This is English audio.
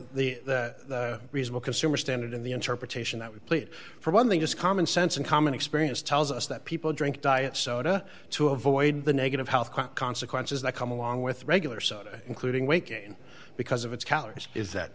support the reasonable consumer standard in the interpretation that we played for one thing just common sense and common experience tells us that people drink diet soda to avoid the negative health consequences that come along with regular soda including weight gain because of its calories is that